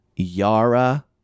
Yara